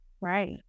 Right